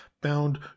bound